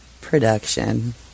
production